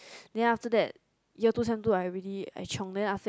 then after that year two sem two I really I chiong then after that